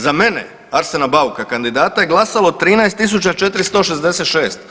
Za mene, Arsena Bauka kandidata je glasalo 13466.